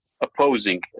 opposing